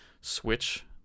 Switch